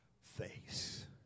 face